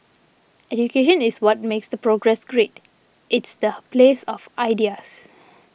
education is what makes the progress great it's the place of ideas